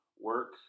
work